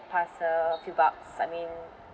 pass her a few bucks I mean